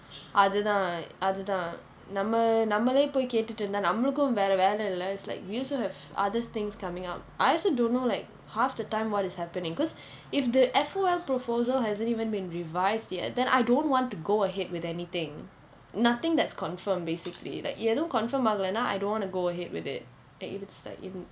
அது தான் அது தான் நம்ம நம்மளே போய் கேட்டுட்டு இருந்தா நம்மளுக்கு வேற வேலை இல்லை:athu thaan athu thaan namma nammale poi kaetuttu irunthaa nammalukku vera velai illai it's like we also have other things coming up I also don't know like half the time what is happening because if the F_O_L proposal hasn't even been revised yet then I don't want to go ahead with anything nothing that's confirmed basically like ஏதும்:aethum confirm ஆகலைனா:aakalainaa I don't want to go ahead with it and if it's like in